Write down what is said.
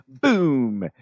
boom